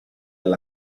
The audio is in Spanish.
del